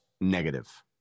negative